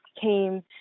came